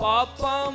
Papa